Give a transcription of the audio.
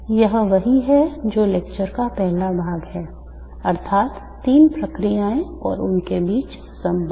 यह वही है जो लेक्चर का पहला भाग है अर्थात् तीन प्रक्रियाएं और उनके बीच संबंध